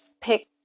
pick